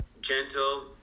gentle